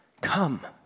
Come